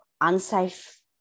unsafe